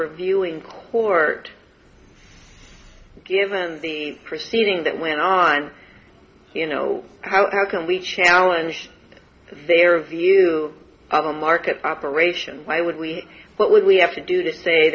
reviewing court given the proceeding that went on you know how can we challenge their view of a market operation why would we what would we have to do to say